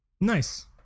Nice